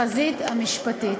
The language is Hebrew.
החזית המשפטית.